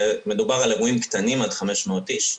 מדובר על אירועים קטנים, עד 500 אנשים.